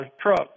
truck